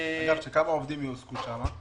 כמה עובדים יהיו שם?